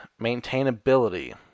maintainability